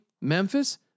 Memphis